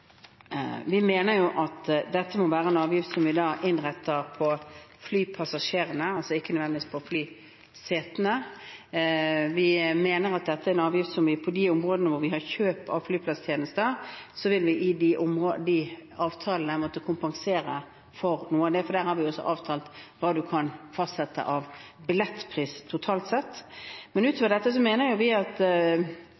innretter mot flypassasjerene, altså ikke nødvendigvis på flysetene. Vi mener at dette er en avgift som gjør at vi på de områdene hvor vi har kjøp av flyplasstjenester, vil måtte kompensere for noe av det i de avtalene, for der har vi avtalt hva man kan fastsette av billettpris totalt sett. Dette er et eksempel på de dilemmaene vi står overfor, bl.a. når rapporten fra Grønn skattekommisjon kommer. Tør vi ta på alvor det at